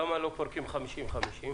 למה לא פורקים 50/50?